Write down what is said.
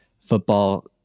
football